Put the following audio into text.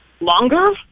longer